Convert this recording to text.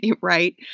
right